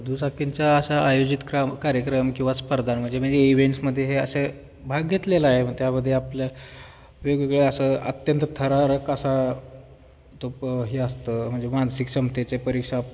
दुचाकींच्या अशा आयोजित क्रा कार्यक्रम किंवा स्पर्धा म्हणजे म्हणजे इवेंट्समध्ये हे असे भाग घेतलेलं आहे मग त्यामध्ये आपल्या वेगवेगळ्या असं अत्यंत थरारक असा तो हे असतं म्हणजे मानसिक क्षमतेचे परीक्षा